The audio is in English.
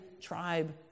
tribe